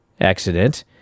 accident